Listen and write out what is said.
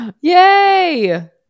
Yay